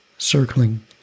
circling